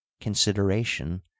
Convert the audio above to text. consideration